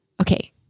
Okay